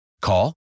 Call